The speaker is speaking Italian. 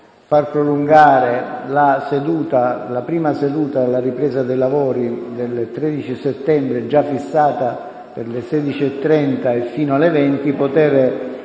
Grazie